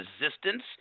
resistance